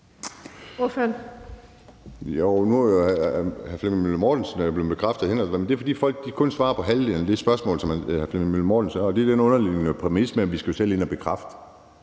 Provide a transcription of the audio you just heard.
Nu er hr. Flemming Møller Mortensen blevet bekræftet. Det er, fordi folk kun svarer på halvdelen af det spørgsmål, som hr. Flemming Møller Mortensen stiller. Det er en lidt underlig præmis, at vi selv skal ind og bekræfte